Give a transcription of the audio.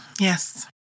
Yes